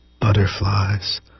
butterflies